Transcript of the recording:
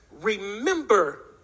remember